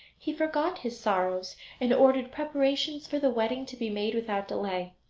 he forgot his sorrows and ordered preparations for the wedding to be made without delay.